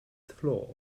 floor